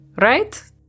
right